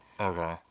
Okay